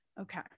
okay